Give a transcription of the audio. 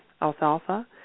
alfalfa